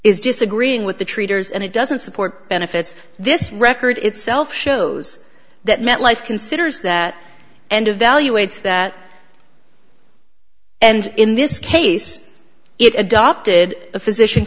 is disagreeing with the treaters and it doesn't support benefits this record itself shows that metlife considers that and evaluates that and in this case it adopted a physician